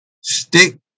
Stick